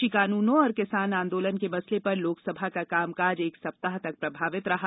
कृषि कानूनों और किसान आंदोलन के मसले पर लोकसभा का कामकाज एक सप्ताह तक प्रभावित रहा